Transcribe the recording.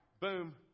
Boom